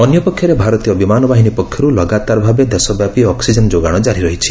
ଅନ୍ୟପକ୍ଷରେ ଭାରତୀୟ ବିମାନବାହିନୀ ପକ୍ଷରୁ ଲଗାତାର ଭାବେ ଦେଶବ୍ୟାପୀ ଅକିଜେନ ଯୋଗାଣ ଜାରି ରହିଛି